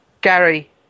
Gary